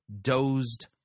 dozed